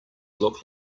look